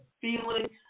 feeling